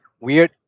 weird